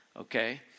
okay